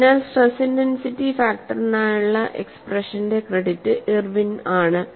അതിനാൽ stress intensity ഫാക്ടറിനുള്ള എക്സ്പ്രഷന്റെ ക്രെഡിറ്റ് ഇർവിന് ആണ്